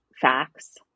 facts